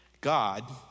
God